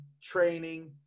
training